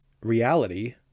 reality